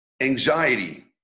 anxiety